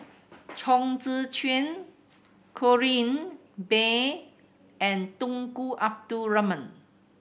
Chong Tze Chien Corrinne Bay and Tunku Abdul Rahman